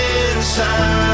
inside